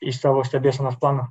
į savo stebėsenos planą